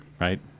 right